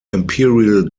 imperial